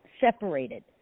separated